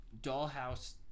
dollhouse